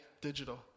digital